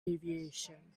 deviation